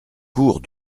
cours